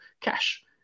cash